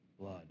blood